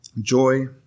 Joy